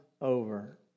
over